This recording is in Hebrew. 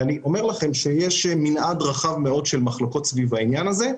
יש מנעד רחב מאוד של מחלוקות סביב העניין הזה.